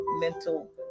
mental